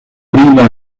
prima